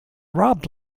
robbed